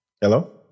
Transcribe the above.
Hello